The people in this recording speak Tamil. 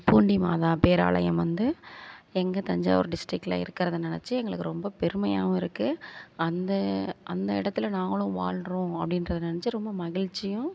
பூண்டி மாதா பேராலயம் வந்து எங்கள் தஞ்சாவூர் டிஸ்ட்ரிக்கில் இருக்கிறத நினைச்சி எங்களுக்கு ரொம்ப பெருமையாகவும் இருக்குது அந்த அந்த இடத்தில் நாங்களும் வாழ்றோம் அப்படின்றத நினச்சி ரொம்ப மகிழ்ச்சியும்